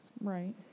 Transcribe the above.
Right